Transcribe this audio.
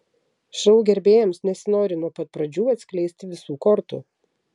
šou gerbėjams nesinori nuo pat pradžių atskleisti visų kortų